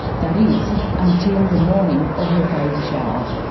that is, until the morning of her baby shower.